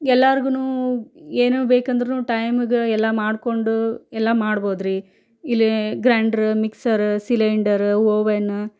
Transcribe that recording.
ಎಲ್ಲರಿಗೂನು ಏನು ಬೇಕೆಂದರೂನು ಟೈಮಿಗೆ ಎಲ್ಲ ಮಾಡಿಕೊಂಡು ಎಲ್ಲ ಮಾಡ್ಬೋದ್ರಿ ಇಲ್ಲಿ ಗ್ರಾಂಡ್ರ್ ಮಿಕ್ಸರ್ ಸಿಲಿಂಡರ್ ಓವೆನ್